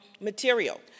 material